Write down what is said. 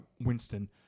Winston